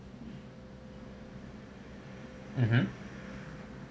mmhmm